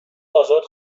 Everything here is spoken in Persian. آزاد